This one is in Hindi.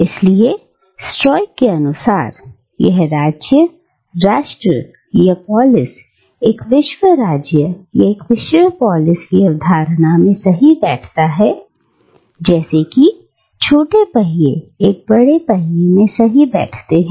इसलिए स्टोक्स के अनुसार यह राज्य राष्ट्र या पोलिस एक विश्व राज्य या एक विश्व पोलिस की अवधारणा में सही बैठता है जैसे कि छोटे पहिए एक बड़े पहिए में सही बैठते हैं